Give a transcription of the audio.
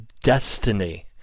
destiny